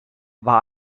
war